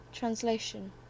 translation